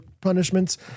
punishments